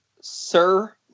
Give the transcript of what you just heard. Sir